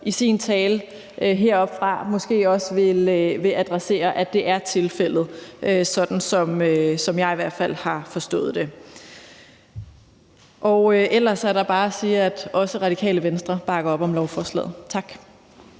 i sin tale heroppefra måske også vil adressere, at det er tilfældet, sådan som jeg i hvert fald har forstået det. Ellers er der bare at sige, at også Radikale Venstre bakker op om lovforslaget. Tak.